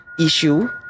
issue